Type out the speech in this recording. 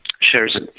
shares